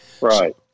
Right